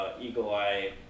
eagle-eye